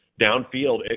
downfield